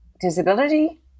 disability